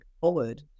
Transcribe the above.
forward